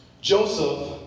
Joseph